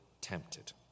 tempted